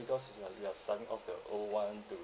because we are we are selling off the old [one] to